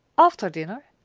after dinner,